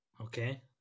Okay